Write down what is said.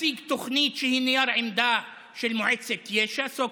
מציג תוכנית שהיא נייר עמדה של מועצת יש"ע,